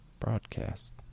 Broadcast